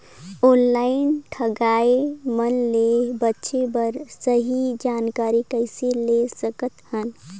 Online ठगईया मन ले बांचें बर सही जानकारी कइसे ले सकत हन?